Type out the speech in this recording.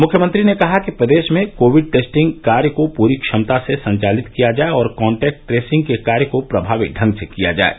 मुख्यमंत्री ने कहा कि प्रदेश में कोविड टेस्टिंग कार्य को पूरी क्षमता से संचालित किया जाये और कॉन्टैक्ट ट्रेसिंग के कार्य को प्रभावी ढंग से किया जाये